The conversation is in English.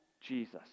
Jesus